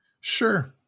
Sure